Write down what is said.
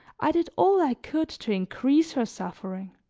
i did all i could to increase her suffering.